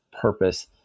purpose